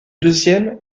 deuxième